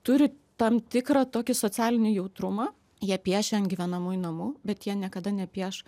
turi tam tikrą tokį socialinį jautrumą jie piešia ant gyvenamųjų namų bet jie niekada nepieš